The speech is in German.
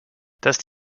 dass